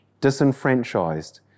disenfranchised